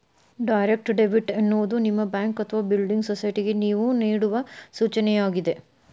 direct debit ಎನ್ನುವುದು ನಿಮ್ಮ bank ಅಥವಾ ಬಿಲ್ಡಿಂಗ್ ಸೊಸೈಟಿಗೆ ನೇವು ನೇಡುವ ಸೂಚನೆಯಾಗಿದೆ